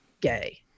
gay